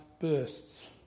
bursts